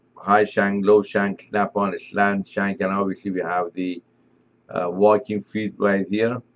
high shank, low shank, snap-on, it's slant shank, and obviously, we have the walking feet right here.